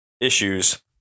issues